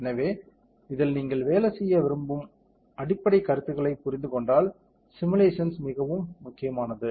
எனவே இதில் நீங்கள் வேலை செய்ய விரும்பும் அடிப்படை கருத்துகளைப் புரிந்துகொண்டால் சிமுலேஷன்ஸ் மிகவும் முக்கியமானது